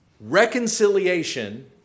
reconciliation